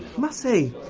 must say,